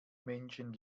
menschen